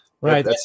Right